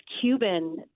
Cuban